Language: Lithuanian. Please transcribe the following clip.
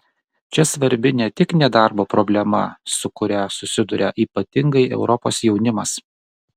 čia svarbi ne tik nedarbo problema su kuria susiduria ypatingai europos jaunimas